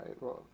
right